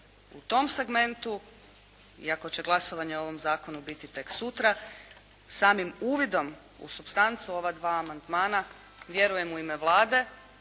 U tom segmentu iako će glasovanje o ovom zakonu biti tek sutra, samim uvidom u supstancu ova dva amandmana vjerujem u ime Vlade.